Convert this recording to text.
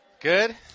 Good